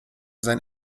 sein